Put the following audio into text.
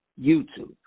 YouTube